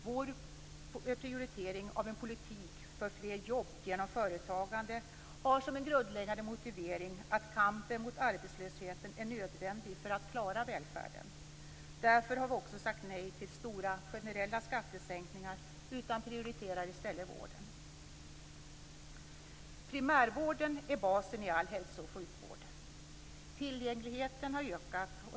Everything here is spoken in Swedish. Vår prioritering av en politik för fler jobb genom företagande har som en grundläggande motivering att kampen mot arbetslösheten är nödvändig för att klara välfärden. Därför har vi också sagt nej till stora generella skattesänkningar. I stället prioriterar vi vården. Primärvården är basen i all hälso och sjukvård. Tillgängligheten har ökat.